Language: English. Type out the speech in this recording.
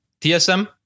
TSM